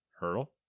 Hurdle